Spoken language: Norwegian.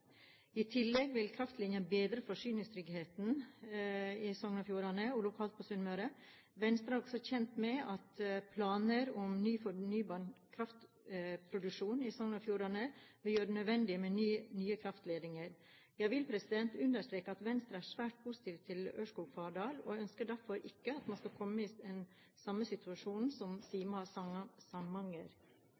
I tillegg vil kraftlinjen bedre forsyningstryggheten i Sogn og Fjordane og lokalt på Sunnmøre. Venstre er også kjent med at planer om ny fornybar kraftproduksjon i Sogn og Fjordane vil gjøre det nødvendig med ny kraftledning. Jeg vil understreke at Venstre er svært positive til Ørskog–Fardal, og ønsker derfor ikke at man skal komme i den samme situasjonen som